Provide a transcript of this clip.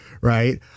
right